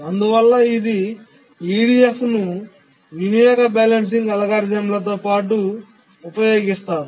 అందువల్ల ఇది EDF ను వినియోగ బ్యాలెన్సింగ్ అల్గారిథమ్లతో పాటు ఉపయోగిస్తారు